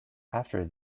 after